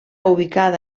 ubicada